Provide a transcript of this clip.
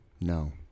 No